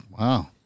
Wow